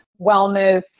wellness